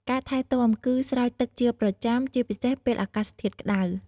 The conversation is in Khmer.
ការថែទាំ គឺស្រោចទឹកជាប្រចាំ ជាពិសេសពេលអាកាសធាតុក្តៅ។